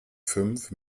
fünf